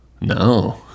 No